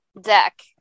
deck